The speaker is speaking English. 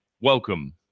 welcome